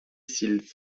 s’il